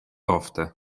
ofte